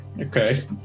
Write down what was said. Okay